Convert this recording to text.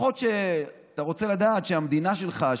אתה רוצה לדעת שלפחות המדינה שלך,